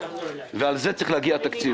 בעניין שכר הגננות, ולזה צריך להגיע תקציב.